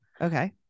Okay